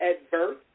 adverse